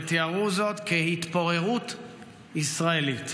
ותיארו זאת כהתפוררות ישראלית.